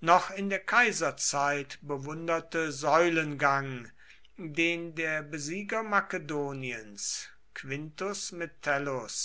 noch in der kaiserzeit bewunderte säulengang den der besieger makedoniens quintus metellus